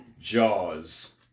Jaws